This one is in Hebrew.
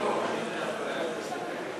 למזכירת הכנסת.